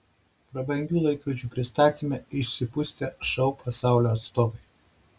prabangių laikrodžių pristatyme išsipustę šou pasaulio atstovai